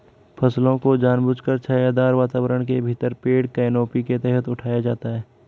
फसलों को जानबूझकर छायादार वातावरण के भीतर पेड़ कैनोपी के तहत उठाया जाता है